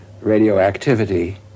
radioactivity